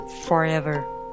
forever